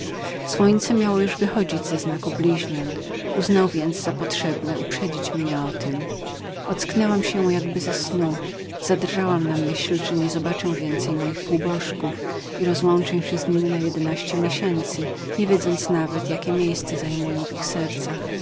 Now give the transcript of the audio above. słońce miało już wychodzić ze znaku bliźniąt uznał za potrzebne uprzedzić mnie o tem ocknęłam się jakby ze snu zadrżałam na myśl niewidzenia więcej moich półbożków rozłączenia się z niemi na jedenaście miesięcy nie wiedząc nawet jak byłam położoną w ich